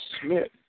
Smith